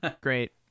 Great